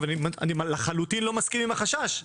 אבל אני לחלוטין לא מסכים עם החשש.